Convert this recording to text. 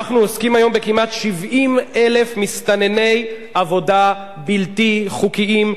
אנחנו עוסקים היום בכמעט 70,000 מסתנני עבודה בלתי חוקיים,